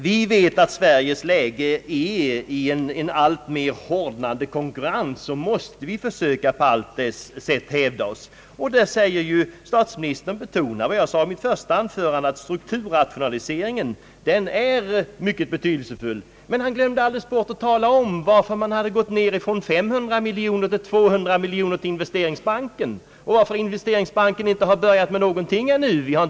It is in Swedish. Vi vet att Sverige i en allt mer hårdnande konkurrens måste försöka att på allt sätt hävda sig. Statsministern betonade vad jag sade i mitt första anförande att strukturrationalisering är mycket betydelsefull. Statsministern glömde emellertid alldeles bort att tala om varför man gått ner från 500 miljoner till 200 miljoner i anslag till investeringsbanken och varför investeringsbanken inte satt i gång någonting ännu.